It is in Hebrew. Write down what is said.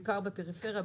בעיקר בפריפריה,